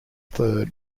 third